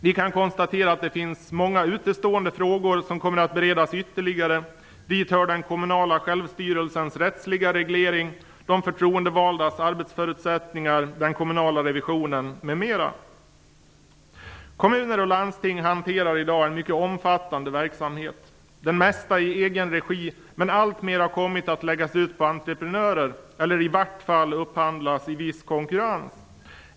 Vi kan konstatera att det finns många utestående frågor som kommer att beredas ytterligare. Dit hör den kommunala självstyrelsens rättsliga reglering, de förtroendevaldas arbetsförutsättningar, den kommunala revisionen m.m. Kommuner och landsting hanterar i dag en mycket omfattande verksamhet. Det mesta sker i egen regi, men alltmer har kommit att läggas ut på entreprenörer eller upphandlas i viss konkurrens.